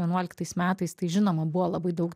vienuoliktais metais tai žinoma buvo labai daug